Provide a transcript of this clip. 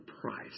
price